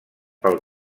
pel